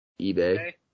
eBay